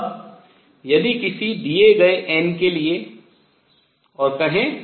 अब किसी दिए गए n के लिए और कहें